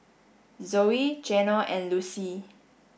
Zoey Geno and Lucie